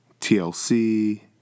TLC